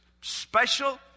special